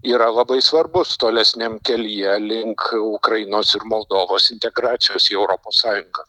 yra labai svarbus tolesniam kelyje link ukrainos ir moldovos integracijos į europos sąjungą